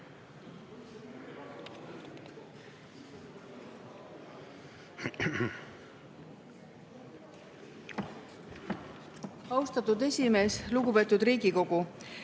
Austatud esimees! Lugupeetud Riigikogu!